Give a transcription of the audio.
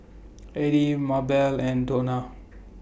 Edie Mabelle and Dona